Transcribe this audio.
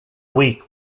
week